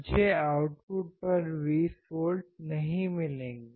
मुझे आउटपुट पर 20 वोल्ट नहीं मिलेंगे